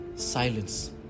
Silence